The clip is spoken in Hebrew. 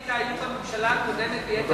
כל הדברים שמנית היו בממשלה הקודמת ביתר שאת.